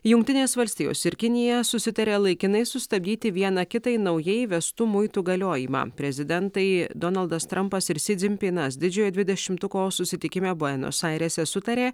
jungtinės valstijos ir kinija susitarė laikinai sustabdyti viena kitai naujai įvestų muitų galiojimą prezidentai donaldas trampas ir si dzin pinas didžiojo dvidešimtuko susitikime buenos airėse sutarė